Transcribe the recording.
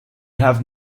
have